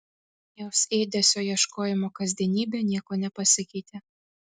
jos ėdesio ieškojimo kasdienybė niekuo nepasikeitė